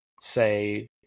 say